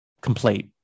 complete